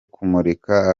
kumurika